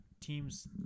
teams